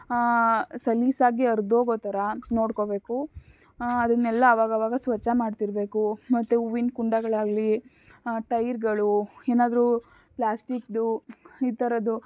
ಸಲೀಸಾಗಿ ಹರ್ದೋಗೊ ಥರ ನೋಡ್ಕೋಬೇಕು ಅದನ್ನೆಲ್ಲ ಆವಾಗ್ ಆವಾಗ ಸ್ವಚ್ಛ ಮಾಡ್ತಿರಬೇಕು ಮತ್ತೆ ಹೂವಿನ್ ಕುಂಡಗಳಾಗಲಿ ಟೈರ್ಗಳು ಏನಾದ್ರೂ ಪ್ಲಾಸ್ಟಿಕಿಂದು ಈ ಥರದ್ದು